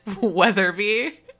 Weatherby